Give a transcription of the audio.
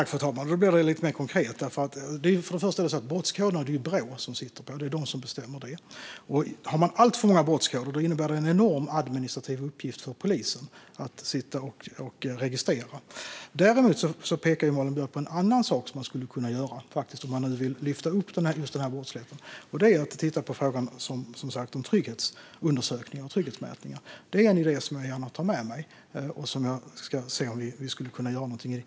Fru talman! Nu blir det lite mer konkret. Först och främst är det Brå som sitter på brottskoderna. Brå bestämmer dem. Om det finns alltför många brottskoder innebär det en enorm administrativ uppgift för polisen att registrera. Däremot pekar Malin Björk på en annan sak som kan göras om man vill lyfta upp denna typ av brottslighet, nämligen att titta på trygghetsundersökningarna och trygghetsmätningarna. Det är en idé som jag gärna tar med mig, och jag ska se om vi kan göra något där.